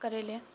करय लए